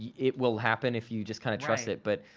it will happen if you just kind of trust it, but